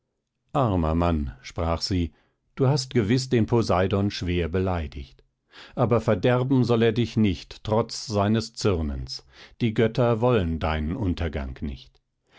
armer mann sprach sie du hast gewiß den poseidon schwer beleidigt aber verderben soll er dich nicht trotz seines zürnens die götter wollen deinen untergang nicht